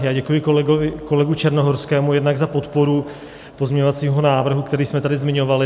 Já děkuji kolegovi Černohorskému jednak za podporu k pozměňovacímu návrhu, který jsme tady zmiňovali.